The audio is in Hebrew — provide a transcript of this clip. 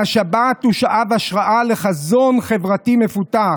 מהשבת הוא שאב השראה לחזון חברתי מפותח,